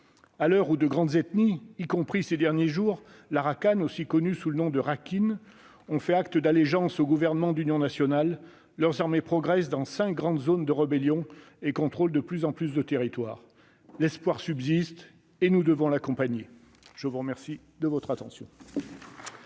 À l'heure où de grandes ethnies et même, ces derniers jours, l'Arakan- aussi connu sous le nom de Rakhine -ont fait acte d'allégeance au gouvernement d'union nationale, leurs armées progressent dans cinq grandes zones de rébellion et contrôlent de plus en plus de territoires. L'espoir subsiste et nous devons l'accompagner. La parole est à M.